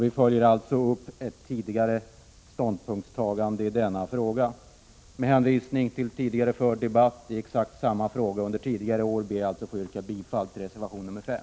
Vi följer alltså vårt tidigare ställningstagande i denna fråga. Med hänvisning till tidigare förd debatt i exakt samma fråga under tidigare år ber jag, herr talman, att få yrka bifall till reservation 5.